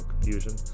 confusion